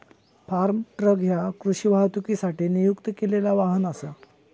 form truck ह्या कृषी वाहतुकीसाठी नियुक्त केलेला वाहन असा